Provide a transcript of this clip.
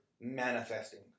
Manifesting